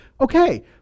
Okay